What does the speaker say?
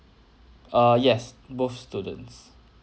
err yes both students